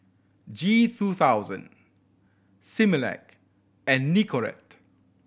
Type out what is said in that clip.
G two thousand Similac and Nicorette